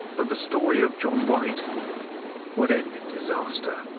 but the story of john white would end in disaster.